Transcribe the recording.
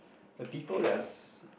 the people that are s~